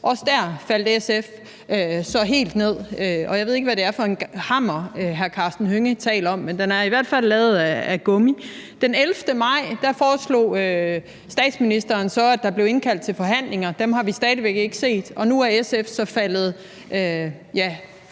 fald lavet af gummi. Den 11. maj foreslog statsministeren så, at der blev indkaldt til forhandlinger. Dem har vi stadig væk ikke set, og nu er SF så faldet fra igen.